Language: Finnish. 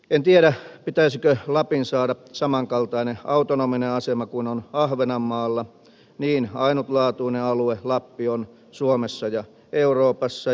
en tiedä pitäisikö lapin saada samankaltainen autonominen asema kuin on ahvenanmaalla niin ainutlaatuinen alue lappi on suomessa ja euroopassa